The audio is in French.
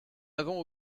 avons